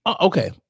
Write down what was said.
Okay